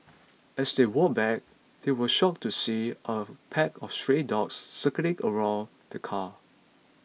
as they walked back they were shocked to see a pack of stray dogs circling around the car